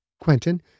Quentin